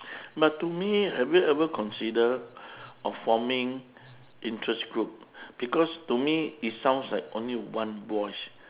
but to me have you ever consider of forming interest group because to me it sounds like only one voice